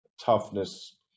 toughness